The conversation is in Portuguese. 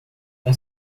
com